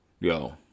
Yo